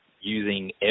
using